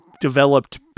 developed